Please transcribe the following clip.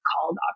Called